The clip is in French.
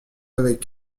avec